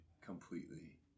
completely